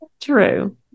True